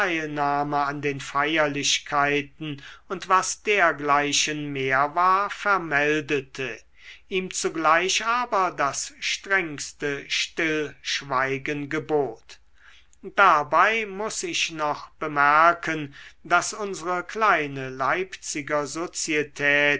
teilnahme an den feierlichkeiten und was dergleichen mehr war vermeldete ihm zugleich aber das strengste stillschweigen gebot dabei muß ich noch bemerken daß unsere kleine leipziger sozietät